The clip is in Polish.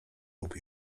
lub